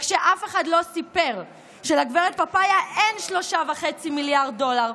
רק שאף אחד לא סיפר שלגברת פפאיה אין 3.5 מיליארד דולר.